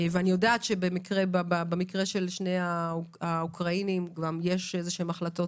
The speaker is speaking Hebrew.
אני יודעת שבמקרה של שני האוקראינים כבר יש החלטות